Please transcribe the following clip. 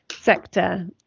sector